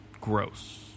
gross